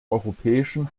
europäischen